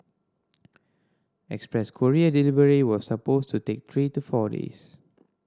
express courier delivery was supposed to take three to four days